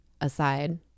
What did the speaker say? aside